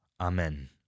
Amen